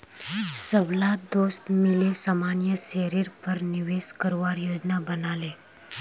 सबला दोस्त मिले सामान्य शेयरेर पर निवेश करवार योजना बना ले